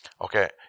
Okay